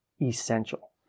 Essential